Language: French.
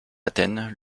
athènes